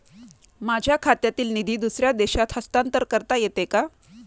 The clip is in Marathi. माझ्या खात्यातील निधी दुसऱ्या देशात हस्तांतर करता येते का?